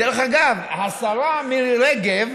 דרך אגב, השרה מירי רגב,